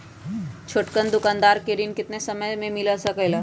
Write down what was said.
छोटकन दुकानदार के ऋण कितने समय मे मिल सकेला?